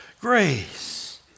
grace